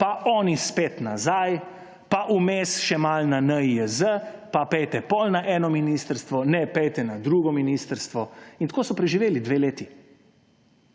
pa oni spet nazaj, pa vmes še malo na NIJZ, pa pojdite potem na eno ministrstvo. Ne, pojdite na drugo ministrstvo in tako so preživeli dve leti.